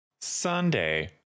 Sunday